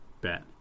Bet